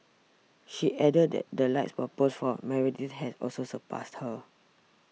he added that the likes per post for Meredith has also surpassed hers